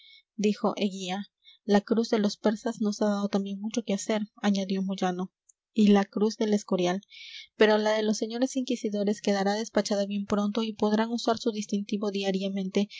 valencey dijo eguía la cruz de los persas nos ha dado también mucho que hacer añadió moyano y la cruz del escorial pero la de los señores inquisidores quedará despachada bien pronto y podrán usar su distintivo diariamente